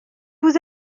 vous